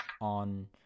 on